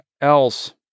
else